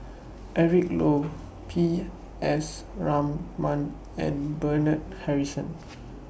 Eric Low P S Raman and Bernard Harrison